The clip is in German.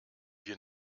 wir